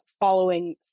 following